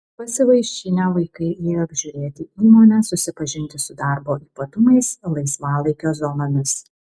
pasivaišinę vaikai ėjo apžiūrėti įmonę susipažinti su darbo ypatumais laisvalaikio zonomis